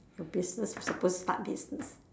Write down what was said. your business is the first start business